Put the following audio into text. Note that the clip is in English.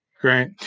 Great